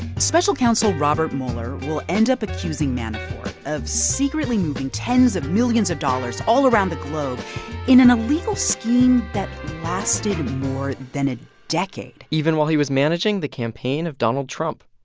special counsel robert mueller will end up accusing of secretly moving tens of millions of dollars all around the globe in an illegal scheme that lasted more than a decade even while he was managing the campaign of donald trump